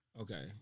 Okay